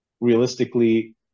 realistically